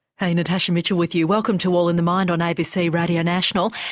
hey, natasha mitchell with you, welcome to all in the mind on abc radio national.